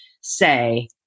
say